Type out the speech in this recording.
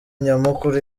nyamukuru